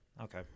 Okay